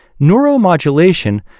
neuromodulation